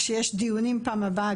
כשיש דיונים פעם הבאה,